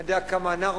אני יודע כמה אנחנו,